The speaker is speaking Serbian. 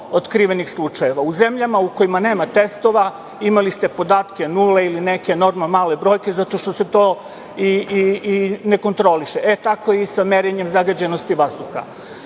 novootkrivenih slučajeva. U zemljama u kojima nema testova, imali ste podatke nule ili neke normalne male brojke zato što se to i ne kontroliše, e tako i sa merenjem zagađenosti vazduha. Osim